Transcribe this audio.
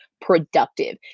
productive